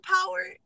power